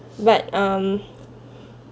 but um